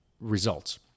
results